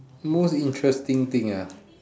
most interesting thing ah